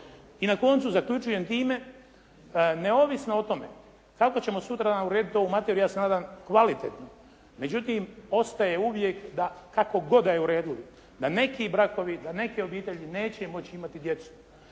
I na koncu zaključujem time, neovisno o tome kako ćemo sutradan urediti ovu materiju, ja se nadam kvalitetno. Međutim, ostaje uvijek da kako god da je uredili, da neki brakovi, da neke obitelji neće moći imati djecu.